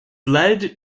led